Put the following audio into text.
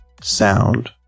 sound